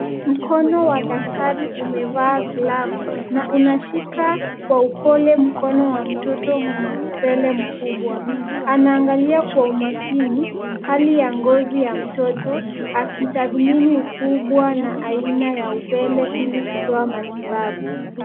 Mkono wa daktari umevaa glavu na unashika kwa upole mkono wa mtoto mwenye upele mkubwa. Anaangalia kwa umakini hali ya ngozi ya mtoto akitathmini ukubwa na aina ya upele ili kutoa matibabu.